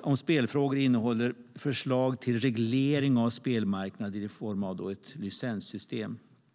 om spelfrågor innehåller ett förslag till reglering av spelmarknaden i form av ett licenssystem.